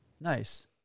Nice